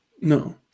No